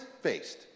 faced